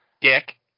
dick